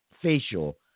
facial